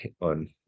on